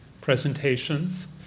presentations